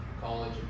college